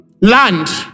land